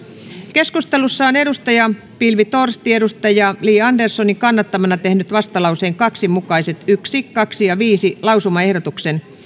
keskustelussa on pilvi torsti li anderssonin kannattamana tehnyt vastalauseen kaksi mukaiset yksi kaksi ja viiden lausumaehdotuksen